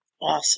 Awesome